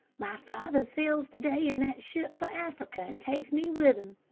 my father sails to-day in that ship for africa and takes me with him.